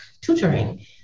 tutoring